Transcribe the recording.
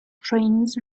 trains